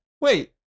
Wait